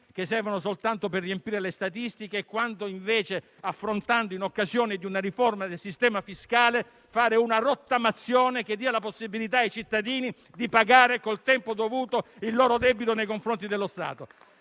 che servono soltanto per riempire le statistiche quando invece, affrontando una riforma del sistema fiscale, si potrebbe fare una rottamazione che dia la possibilità ai cittadini di pagare con il tempo dovuto il loro debito nei confronti dello Stato?